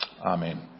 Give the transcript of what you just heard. Amen